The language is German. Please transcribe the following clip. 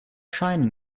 scheine